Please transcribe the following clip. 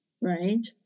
right